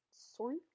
Sorry